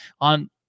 on